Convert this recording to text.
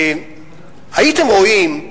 הייתם רואים,